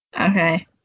Okay